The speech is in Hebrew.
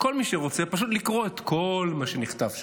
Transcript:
כל מי שרוצה פשוט לקרוא את כל מה שנכתב שם.